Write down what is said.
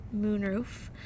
moonroof